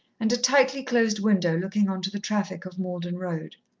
and a tightly-closed window looking on to the traffic of malden road.